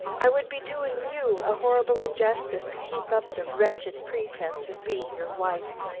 i would be doing you a horrible injustice to keep up the wretched pretense of being your wife.